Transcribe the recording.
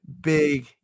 big